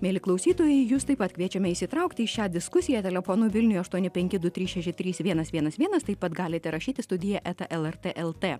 mieli klausytojai jus taip pat kviečiame įsitraukti į šią diskusiją telefonu vilniuj aštuoni penki du trys šeši trys vienas vienas vienas taip pat galite rašyti studija eta lrt lt